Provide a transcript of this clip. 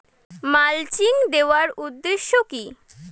Mulching দেওয়ার উদ্দেশ্য কি?